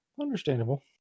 understandable